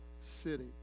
city